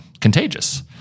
contagious